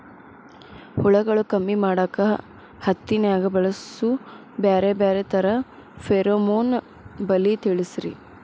ಹುಳುಗಳು ಕಮ್ಮಿ ಮಾಡಾಕ ಹತ್ತಿನ್ಯಾಗ ಬಳಸು ಬ್ಯಾರೆ ಬ್ಯಾರೆ ತರಾ ಫೆರೋಮೋನ್ ಬಲಿ ತಿಳಸ್ರಿ